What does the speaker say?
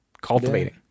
cultivating